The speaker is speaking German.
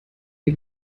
der